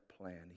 plan